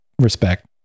respect